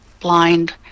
blind